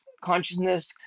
consciousness